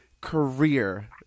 career